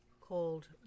called